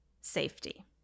safety